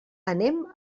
anem